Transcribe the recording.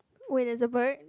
wait there is a bird